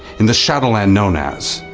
in the shadowland known as.